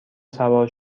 سوار